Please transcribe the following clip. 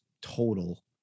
total